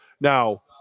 now